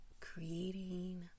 Creating